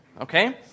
okay